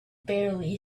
barely